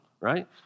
right